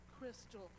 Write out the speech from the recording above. Crystal